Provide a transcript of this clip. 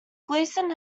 gleeson